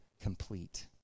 complete